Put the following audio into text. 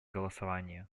голосование